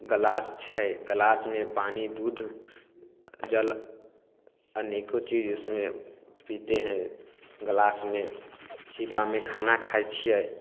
गिलास छै गिलासमे पानि दूध जल अनेको चीज उसमे पीते हैं गिलासमे छीपामे खाना खाइ छियै